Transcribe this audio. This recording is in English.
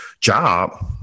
job